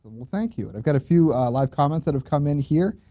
well thank you i've got a few live comments that have come in here.